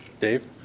dave